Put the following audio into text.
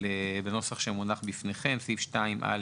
בנוסח שמונח בפניכם, סעיף 2א(ב)